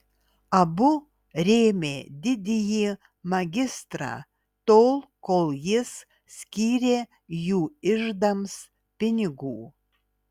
abu rėmė didįjį magistrą tol kol jis skyrė jų iždams pinigų